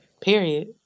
Period